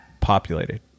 populated